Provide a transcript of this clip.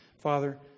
Father